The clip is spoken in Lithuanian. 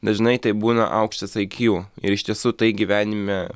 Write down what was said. dažnai tai būna aukštas ai kjū ir iš tiesų tai gyvenime